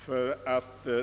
Herr talman!